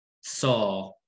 saw